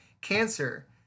cancer